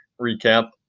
recap